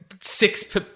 six